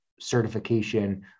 certification